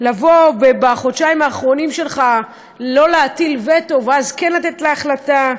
לבוא ובחודשיים האחרונים שלך לא להטיל וטו ואז כן לתת להחלטה,